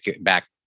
back